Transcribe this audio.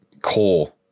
core